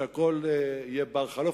שהכול יהיה בר-חלוף.